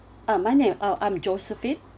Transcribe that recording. uh my name uh I'm josephine